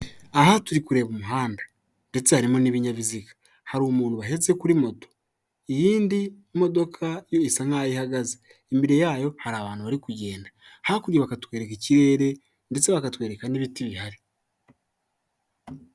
Aha turi kureba umuhanda ndetse harimo n'ibinyabiziga, hari umuntu bahetse kuri moto iyindi modoka yo isa naho ihagaze imbere yayo hari abantu bari kugenda hakurya bakatwereka ikirere ndetse bakatwereka n'ibiti bihari.